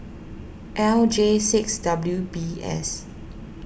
L J six W B S